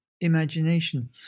imagination